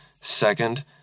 second